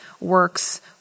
works